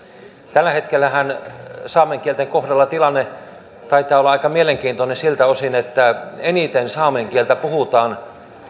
tällä hetkellähän saamen kielten kohdalla tilanne taitaa olla aika mielenkiintoinen siltä osin että suomessa eniten saamen kieltä puhutaan